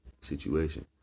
situation